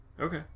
Okay